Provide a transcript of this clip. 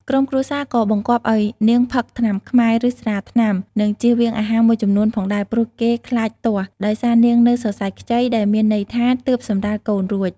ក្រុមគ្រួសារក៏បង្គាប់ឱ្យនាងផឹកថ្នាំខ្មែរ ឬ ស្រាថ្នាំ និងជៀសវាងអាហារមួយចំនួនផងដែរ ព្រោះគេខ្លាចទាស់ ដោយសារនាងនៅសរសៃខ្ចី ដែលមានន័យថា ទើបសម្រាលកូនរួច។